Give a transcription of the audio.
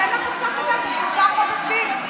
תן לה חופשת לידה לשלושה חודשים,